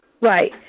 Right